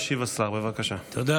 ישיב השר, בבקשה.